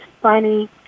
funny